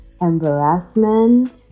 embarrassment